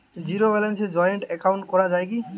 Zero ব্যালেন্সে joint account করা য়ায় কি?